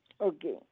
Okay